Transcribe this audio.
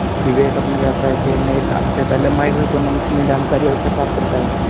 विवेक अपने व्यवसाय के नए लॉन्च से पहले माइक्रो इकोनॉमिक्स से जानकारी अवश्य प्राप्त करता है